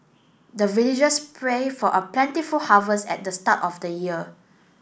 the villagers pray for a plentiful harvest at the start of the year